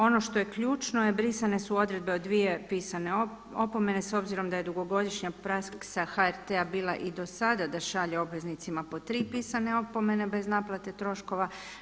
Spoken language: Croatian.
Ono što je ključno, brisane su odredbe o dvije pisane opomene s obzirom da je dugogodišnja praksa HRT-a bila i do sada da šalje obveznicima po tri pisane opomene bez naplate troškova.